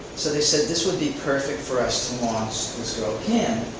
so they said, this would be perfect for us to launch this girl kim.